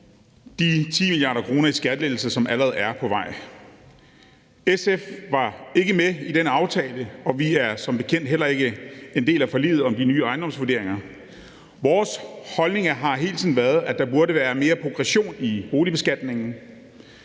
de 10 mia. kr. i skattelettelser, som allerede er på vej. SF var ikke med i den aftale, og vi er som bekendt heller ikke en del af forliget om de nye ejendomsvurderinger. Vores holdning har hele tiden været, at der burde være mere progression i boligbeskatningen,